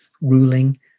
ruling